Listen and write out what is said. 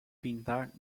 pintar